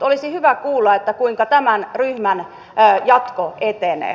olisi hyvä kuulla kuinka tämän ryhmän jatko etenee